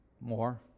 More